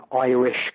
irish